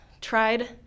tried